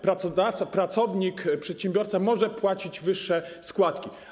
Pracodawca, pracownik, przedsiębiorca może płacić wyższe składki.